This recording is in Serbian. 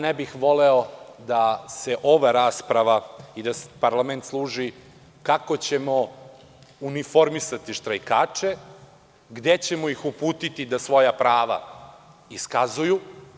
Ne bih voleo da ova rasprava i parlament služi kako ćemo uniformisati štrajkače, gde ćemo ih uputiti da svoja prava iskazuju.